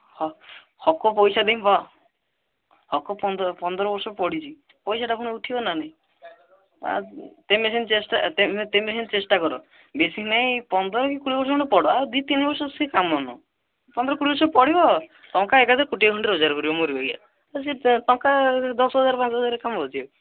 ହ ହକ ପଇସା ଦେଇ ବ ହକ ପନ୍ଦ ପନ୍ଦର ବର୍ଷ ପଡ଼ିଛି ପଇସାଟା ପୁଣି ଉଠିବ ନା ନାଇଁ ଆ ତୁମେ ସେମିତି ଚେଷ୍ଟା ତୁମେ ତୁମେ ସେମତି ଚେଷ୍ଟା କର ବେଶୀ ନାଇଁ ପନ୍ଦର କି କୋଡ଼ିଏ ବର୍ଷ ଖଣ୍ଡେ ପଡ଼ ଆଉ ଦୁଇ ତିନି ବର୍ଷ ସିଏ କାମ ନୁହଁ ପନ୍ଦର କୋଡ଼ିଏ ବର୍ଷ ପଡ଼ିବ ଟଙ୍କା ଏକାଥରେ କୋଟିଏ ଖଣ୍ଡେ ରୋଜଗାର କରିବ ମୋରି ବାଗିଆ ତ ସେଇ ଟଙ୍କା ଦଶ ହଜାରେ ପାଞ୍ଚ ହଜାରେ କାମ ଅଛି ଆଉ